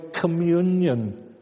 communion